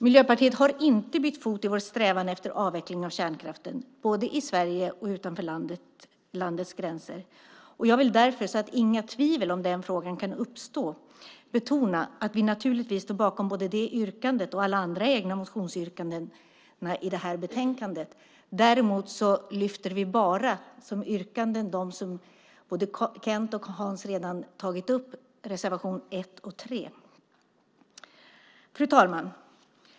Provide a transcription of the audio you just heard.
Miljöpartiet har inte bytt fot i vår strävan efter avveckling av kärnkraften både i Sverige och utanför landets gränser. Jag vill därför, så att inget tvivel om den frågan kan uppstå, betona att vi naturligtvis står bakom både det yrkandet och alla andra egna motionsyrkanden i det här betänkandet. Däremot yrkar vi bara bifall till de reservationer som Kent och Hans redan har tagit upp, nämligen reservation 1 och 3. Fru talman!